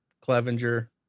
Clevenger